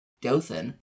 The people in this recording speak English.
Dothan